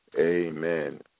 Amen